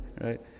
right